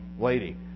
lady